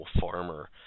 farmer